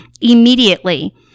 immediately